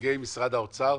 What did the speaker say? נציגי משרד האוצר